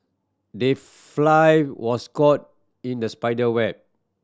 the fly was caught in the spider web